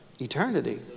eternity